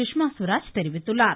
சுஷ்மா சுவராஜ் தெரிவித்துள்ளார்